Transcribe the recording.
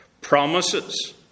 promises